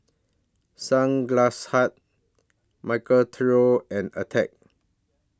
Sunglass Hut Michael Trio and Attack